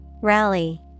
Rally